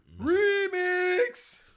Remix